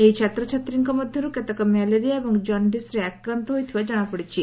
ଏହି ଛାତ୍ରଛାତ୍ରୀଙ୍କ ମଧ୍ଧରୁ କେତେକ ମ୍ୟାଲେରିଆ ଏବଂ ଜଣ୍ଡିସ୍ରେ ଆକ୍ରାନ୍ତ ହୋଇଥିବା କଶାପଡିଛି